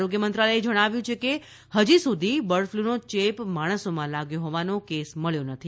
આરોગ્ય મંત્રાલયે જણાવ્યું છે કે હજી સુધી બર્ડફ્લૂનો યેપ માણસોમાં લાગ્યો હોવાનો કેસ મબ્યો નથી